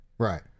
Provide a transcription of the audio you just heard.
Right